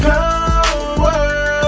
Power